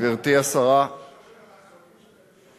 גברתי השרה, אתה אחד משלושת החסונים של קדימה.